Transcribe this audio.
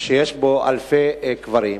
שיש בו אלפי קברים,